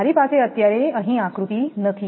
મારી પાસે અત્યારે અહીં આકૃતિ નથી